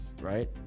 right